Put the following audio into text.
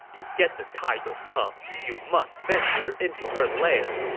to get the tiger's cub, you must venture into her lair.